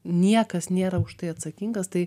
niekas nėra už tai atsakingas tai